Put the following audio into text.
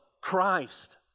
Christ